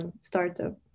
startup